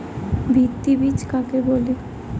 ভিত্তি বীজ কাকে বলে?